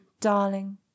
darling